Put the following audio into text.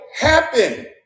happen